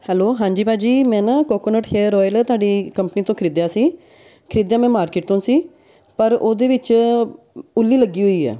hello ਹਾਂਜੀ ਭਾਅ ਜੀ ਮੈਂ ਨਾ ਕੋਕੋਨਟ ਹੇਅਰ ਓਇਲ ਤੁਹਾਡੀ ਕੰਪਨੀ ਤੋਂ ਖਰੀਦਿਆ ਸੀ ਖਰੀਦਿਆ ਮੈਂ ਮਾਰਕੀਟ ਤੋਂ ਸੀ ਪਰ ਉਹਦੇ ਵਿੱਚ ਉੱਲੀ ਲੱਗੀ ਹੋਈ ਹੈ